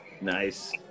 Nice